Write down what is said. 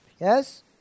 yes